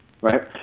Right